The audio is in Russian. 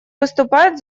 выступает